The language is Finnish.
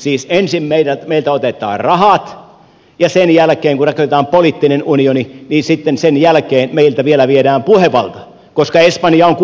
siis ensin meiltä otetaan rahat ja sen jälkeen kun rakennetaan poliittinen unioni sitten meiltä vielä viedään puhevalta koska espanja on